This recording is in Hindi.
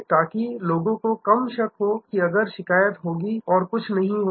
ताकि लोगों को कम शक हो कि अगर शिकायत होगी और कुछ नहीं होगा